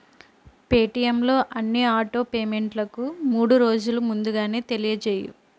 పేటిఎమ్లో అన్ని ఆటో పేమెంట్లకు మూడు రోజులు ముందుగానే తెలియజేయి